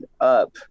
up